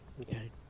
Okay